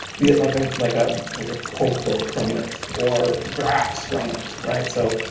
be it like ah like ah like a pull quote from it or graphs from it, right, so,